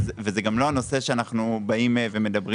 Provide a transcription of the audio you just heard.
וזה גם לא הנושא שאנחנו מדברים עליו,